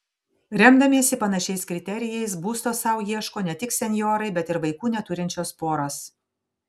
remdamiesi panašiais kriterijais būsto sau ieško ne tik senjorai bet ir vaikų neturinčios poros